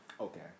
okay